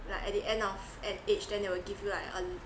like at the end of an age then they will give you like a